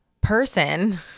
person